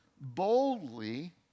boldly